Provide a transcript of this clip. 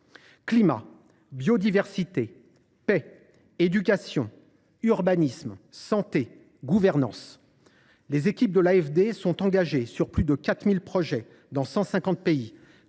Climat, biodiversité, paix, éducation, urbanisme, santé, gouvernance : les équipes de l’AFD sont engagées dans plus de 4 000 projets dans 150 pays,